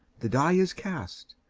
the die is cast.